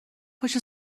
پشت